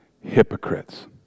hypocrites